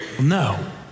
No